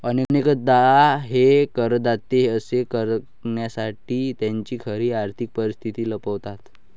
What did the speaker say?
अनेकदा हे करदाते असे करण्यासाठी त्यांची खरी आर्थिक परिस्थिती लपवतात